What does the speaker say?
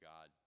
God